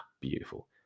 Beautiful